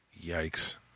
Yikes